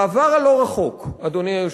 בעבר הלא-רחוק, אדוני היושב-ראש,